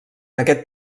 aquest